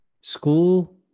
School